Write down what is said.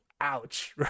ouch